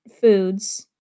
foods